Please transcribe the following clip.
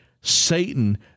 Satan